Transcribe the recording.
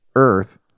Earth